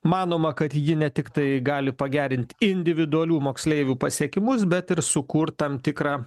manoma kad ji ne tiktai gali pagerint individualių moksleivių pasiekimus bet ir sukurt tam tikrą